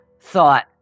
thought